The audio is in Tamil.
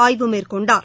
ஆய்வு மேற்கொண்டார்